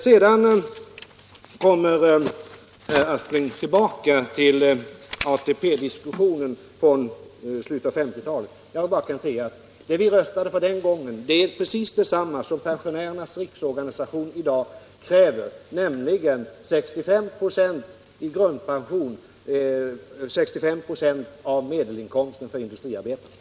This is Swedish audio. Sedan kom herr Aspling tillbaka till ATP-diskussionen i slutet av 1950 talet. Jag kan bara säga att det vi röstade för den gången är precis detsamma som”Pensionärernas riksorganisation i dag kräver, nämligen en grundpension motsvarande 65 26 av medelinkomsten för industriarbetare.